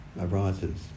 arises